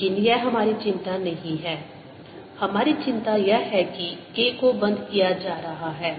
लेकिन यह हमारी चिंता नहीं है हमारी चिंता यह है कि K को बंद किया जा रहा है